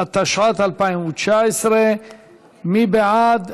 התשע"ט 2019. מי בעד?